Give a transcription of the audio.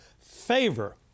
favor